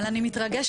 אבל אני מתרגשת,